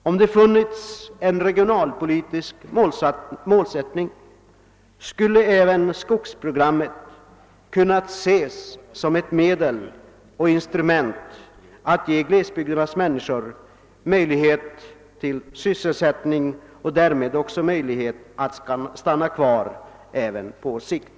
Om det funnits en regionalpolitisk målsättning skulle även skogsprogrammet kunnat ses som ett medel och ett instrument att ge skogsbygdens människor möjlighet till sysselsättning och därmed också möjlighet att stanna kvar även på sikt.